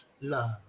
love